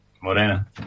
Morena